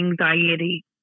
anxiety